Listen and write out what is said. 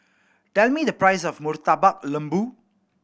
tell me the price of Murtabak Lembu